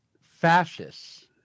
fascists